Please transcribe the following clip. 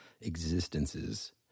existences